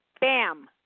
bam